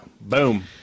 Boom